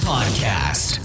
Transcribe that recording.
Podcast